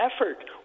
effort